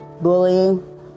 bullying